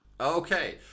Okay